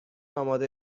آماده